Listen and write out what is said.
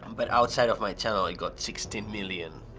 but outside of my channel, it got sixteen million,